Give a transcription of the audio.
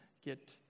get